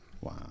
Wow